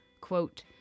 quote